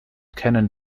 kennen